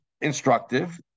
instructive